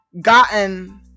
gotten